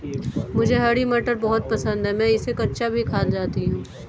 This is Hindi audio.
मुझे हरी मटर बहुत पसंद है मैं इसे कच्चा भी खा जाती हूं